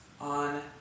on